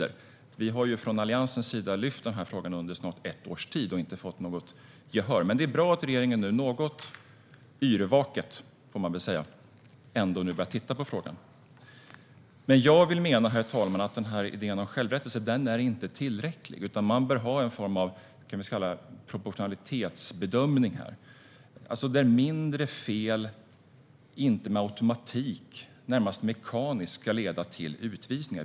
Vi från Alliansen har nu lyft den här frågan under snart ett års tid och inte fått något gehör, men jag välkomnar att regeringen nu något yrvaket ändå har börjat att titta på frågan. Herr talman! Jag menar att idén om självrättelse inte är tillräcklig. Man bör göra en form av proportionalitetsbedömning där mindre fel inte med automatik, närmast mekaniskt, ska leda till utvisning.